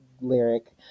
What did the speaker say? lyric